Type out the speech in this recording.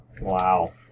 wow